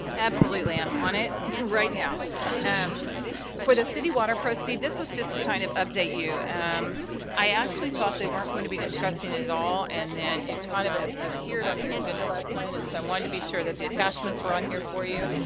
absolutely i'm on it right now and for the city water proceed this was just to kind of update you. and um i actually thought they weren't going to be discussing it at all and then it kind of appeared on their agenda last night and so i wanted to be sure that the attachments were on here for you.